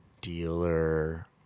dealer